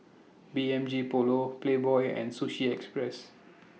B M G Polo Playboy and Sushi Express